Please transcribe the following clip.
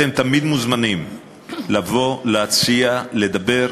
אתם תמיד מוזמנים לבוא, להציע, לדבר.